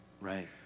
Right